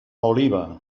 oliva